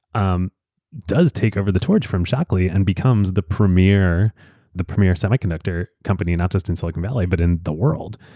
um does take over the torch from shockley and becomes the premier the premier semiconductor company, not just in silicon valley, but in the world.